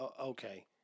Okay